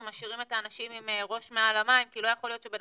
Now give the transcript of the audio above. משאירים את האנשים עם ראש מעל המים כי לא יכול להיות שבן